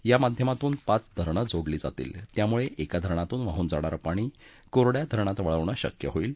या माध्यमातून पाच धरणं जोडली जातील त्यामुळे एका धरणातून वाहून जाणारं पाणी कोरङ्या धरणात वळवणं शक्य होईल